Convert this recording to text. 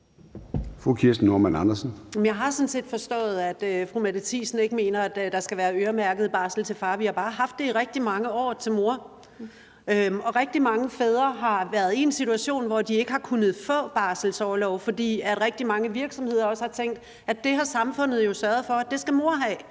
Jeg har sådan set forstået, at fru Mette Thiesen ikke mener, at der skal være øremærket barsel til far. Vi har bare haft det i rigtig mange år til mor. Rigtig mange fædre har været i en situation, hvor de ikke har kunnet få barselsorlov, fordi rigtig mange virksomheder også har tænkt, at det har samfundet jo sørget for at mor skal have.